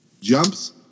jumps